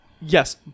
Yes